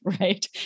right